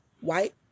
White